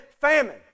famine